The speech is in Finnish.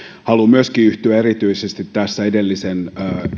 haluan myöskin yhtyä erityisesti edellisen